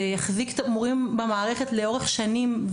זה יחזיק את המורים במערכת לאורך שנים.